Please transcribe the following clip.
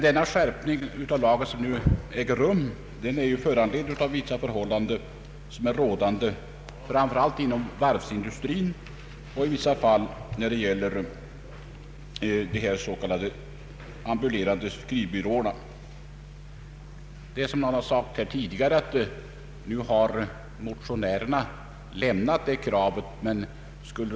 Den skärpning av lagen som nu föreslås är föranledd av en del förhållanden framför allt inom varvsindustrin och i vissa fall när det gäller de s.k. ambulerande skrivbyråerna, Såsom sagts tidigare har reservanterna frångått kravet i motionen.